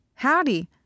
Howdy